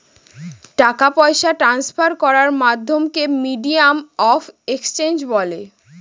টাকা পয়সা ট্রান্সফার করার মাধ্যমকে মিডিয়াম অফ এক্সচেঞ্জ বলে